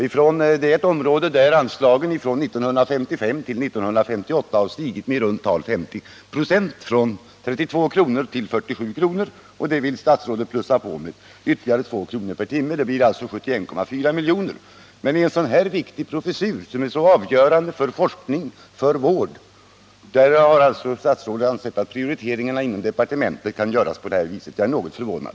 Det gäller ett område där anslagen från 1975 till 1978 har stigit med i runt tal 50 96 — från 32 kr. till 47 kr. per timme. Det anslaget vill statsrådet plussa på med ytterligare 2 kr. per timme, dvs. till 71,4 milj.kr. för budgetåret. Men när det gäller en viktig professur som denna, som är avgörande för forskning och vård, har statsrådet ansett att prioriteringarna inom departementet kan göras på det här viset. Jag är något förvånad.